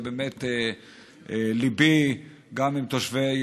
ובאמת ליבי גם עם תושבי,